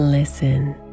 Listen